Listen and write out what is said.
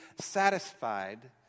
satisfied